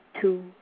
two